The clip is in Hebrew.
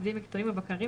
עובדים מקצועיים ובקרים,